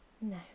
No